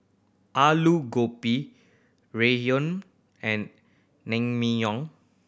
Alu Gobi Ramyeon and Naengmyeon